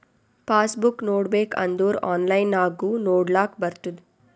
pass book ನೋಡ್ಬೇಕ್ ಅಂದುರ್ online ನಾಗು ನೊಡ್ಲಾಕ್ ಬರ್ತುದ್